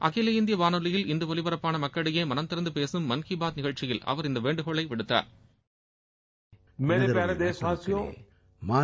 அகில இந்திய வானொலியில் இன்று ஒலிபரப்பான மக்களிடையே மனந்திறந்து பேசும் மன்கி பாத் நிகழ்ச்சியில் அவர் இந்த வேண்டுகோளை விடுத்தார்